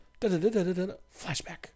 Flashback